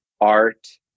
art